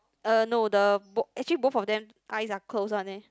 uh no the b~ actually both of them eyes are closed one eh